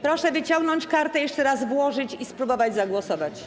Proszę wyciągnąć kartę, jeszcze raz włożyć i spróbować zagłosować.